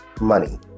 money